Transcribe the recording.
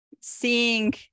seeing